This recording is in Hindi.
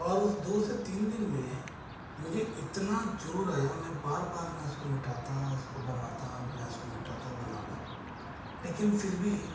और उस दो से तीन दिन में मुझे इतना जोर आया मैं बार बार मैं उसको मिटाता उसको बनाता मैं उसको मिटाता बनाता लेकिन फिर भी